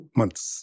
months